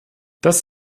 das